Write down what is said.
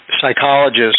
psychologist